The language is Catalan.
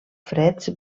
freds